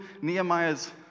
Nehemiah's